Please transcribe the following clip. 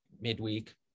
midweek